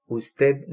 usted